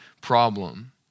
problem